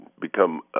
become